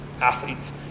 athletes